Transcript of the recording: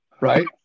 right